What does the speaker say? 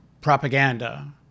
propaganda